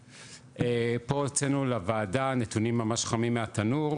פה הוצאנו לוועדה נתונים ממש חמים מהתנור,